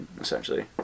essentially